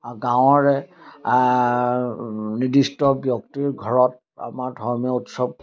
গাঁৱৰে নিৰ্দিষ্ট ব্যক্তিৰ ঘৰত আমাৰ ধৰ্মীয় উৎসৱ